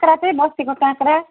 काँक्रै बस्तीको काँक्रा